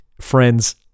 friends